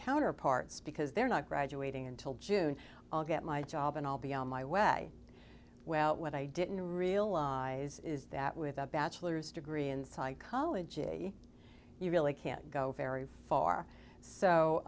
counterparts because they're not graduating until june i'll get my job and i'll be on my way well what i didn't realize is that with a bachelor's degree in psychology you really can't go very far so